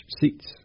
seats